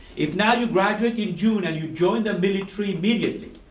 if now you graduate in june and you join the military immediately,